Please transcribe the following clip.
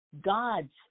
God's